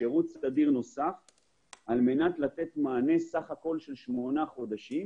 בשירות סדיר על מנת לתת מענה סך הכול של 8 חודשים.